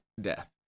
death